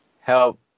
help